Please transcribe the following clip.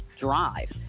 drive